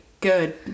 good